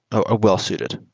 are well-suited,